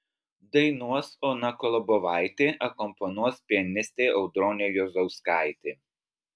dainuos ona kolobovaitė akompanuos pianistė audronė juozauskaitė